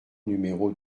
numéro